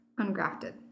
ungrafted